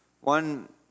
One